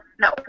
No